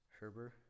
Herber